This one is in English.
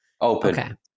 Open